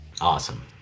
Awesome